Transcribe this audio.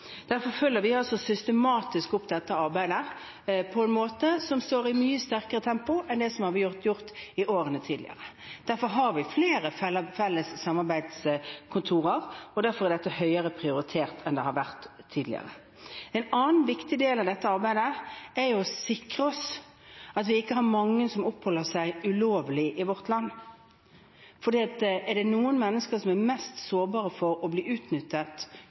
Derfor følger vi systematisk opp dette arbeidet i et mye høyere tempo enn det ble gjort i årene før. Derfor har vi flere felles samarbeidskontorer, og derfor er dette høyere prioritert enn det har vært tidligere. En annen viktig del av dette arbeidet er å sikre at vi ikke har mange som oppholder seg ulovlig i vårt land. De menneskene som er mest sårbare for å bli grovt utnyttet